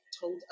told